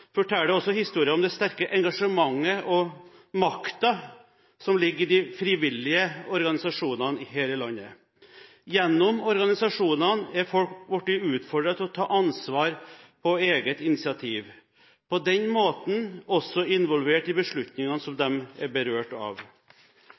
også historien om det sterke engasjementet og makten som ligger i de frivillige organisasjonene her i landet. Gjennom organisasjonene er folk blitt utfordret til å ta ansvar på eget initiativ, og de blir på den måten også involvert i beslutningene som de